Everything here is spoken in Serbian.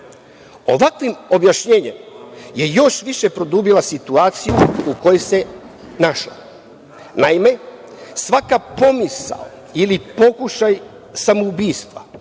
Ovakvim objašnjenjem je još više produbila situaciju u kojoj se našla. Naime, svaka pomisao ili pokušaj samoubistva